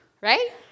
right